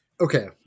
Okay